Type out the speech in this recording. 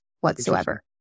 whatsoever